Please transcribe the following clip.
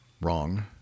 wrong